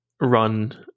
run